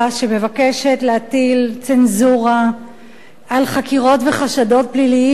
שמבקשת להטיל צנזורה על חקירות וחשדות פליליים,